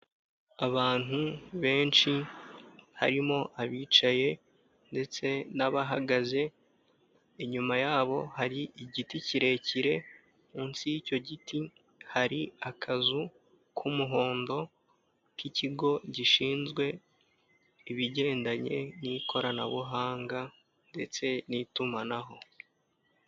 Abantu benshi harimo abicaye ndetse n'abahagaze, inyuma yabo hari igiti kirekire, munsi y'icyo giti hari akazu k'umuhondo k'ikigo gishinzwe ibigendanye n'ikoranabuhanga ndetse n'itumanaho.